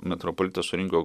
metropolitas surinko